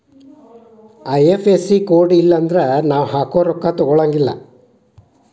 IFSC code ಇಲ್ಲನ್ದ್ರ ನಾವ್ ಹಾಕೊ ರೊಕ್ಕಾ ತೊಗೊಳಗಿಲ್ಲಾ